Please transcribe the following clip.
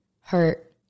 hurt